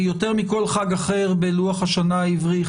יותר מכל חג אחר בלוח השנה העברי,